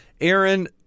Aaron